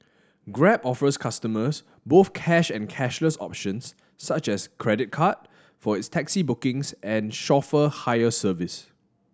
grab offers customers both cash and cashless options such as credit card for its taxi bookings and chauffeur hire service